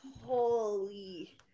Holy